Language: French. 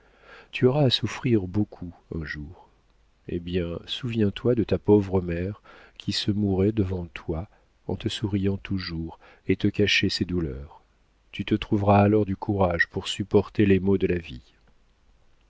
tu auras à souffrir beaucoup un jour eh bien souviens-toi de ta pauvre mère qui se mourait devant toi en te souriant toujours et te cachait ses douleurs tu te trouveras alors du courage pour supporter les maux de la vie